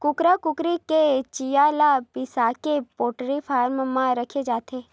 कुकरा कुकरी के चिंया ल बिसाके पोल्टी फारम म राखे जाथे